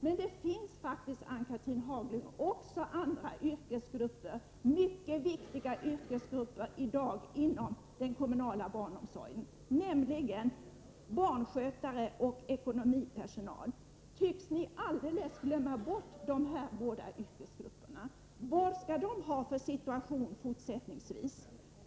Men det finns faktiskt, Ann-Cathrine Haglund, också andra, mycket viktiga yrkesgrupper inom den kommunala barnomsorgen i dag, nämligen barnskötare och ekonomipersonal. Har ni alldeles glömt bort de här båda yrkesgrupperna? Hur skall deras situation fortsättningsvis se ut?